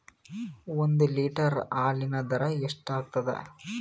ಒಂದ್ ಲೀಟರ್ ಹಾಲಿನ ದರ ಎಷ್ಟ್ ಆಗತದ?